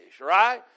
right